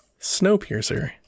Snowpiercer